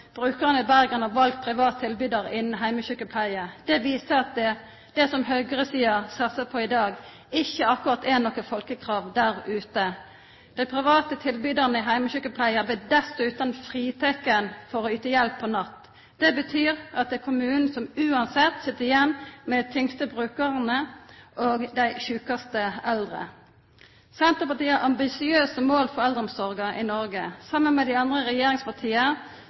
brukarane i Bergen har valt privat tilbydar innan heimesjukepleia. Det viser at det som høgresida satsar på i dag, ikkje akkurat er noko folkekrav der ute. Dei private tilbydarane i heimesjukepleia blir dessutan fritekne for å yta hjelp på natta. Det betyr at det er kommunen som uansett sit igjen med dei tyngste brukarane og dei sjukaste eldre. Senterpartiet har ambisiøse mål for eldreomsorga i Noreg. Saman med dei andre regjeringspartia